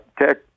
tech